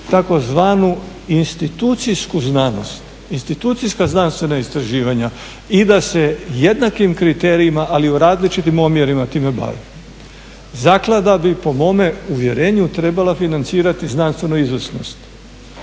tzv. institucijsku znanost, institucijska znanstvena istraživanja i da se jednakim kriterijima, ali u različitim omjerima time bave. Zaklada bi po mome uvjerenju trebala financirati znanstvenu izvrsnost